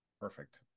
Perfect